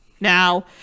now